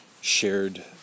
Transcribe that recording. shared